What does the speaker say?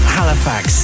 Halifax